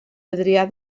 adrià